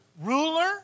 ruler